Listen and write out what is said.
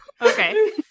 Okay